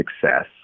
success